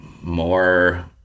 more